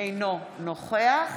אינו נוכח